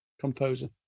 composer